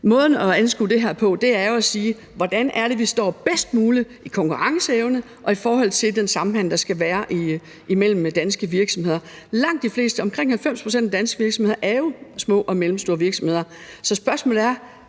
Måden at anskue det her på er jo at sige: Hvordan er det, vi står bedst muligt i forhold til konkurrenceevne og den samhandel, der skal være imellem danske virksomheder? Langt de fleste, omkring 90 pct., af de danske virksomheder er jo små og mellemstore virksomheder, så spørgsmålet er: